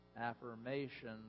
affirmation